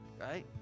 right